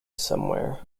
somewhere